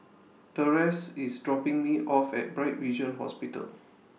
Therese IS dropping Me off At Bright Vision Hospital